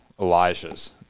Elijah's